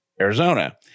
Arizona